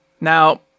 Now